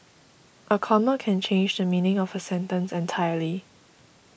a comma can change the meaning of a sentence entirely